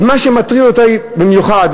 ומה שמטריד אותי במיוחד,